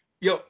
Yo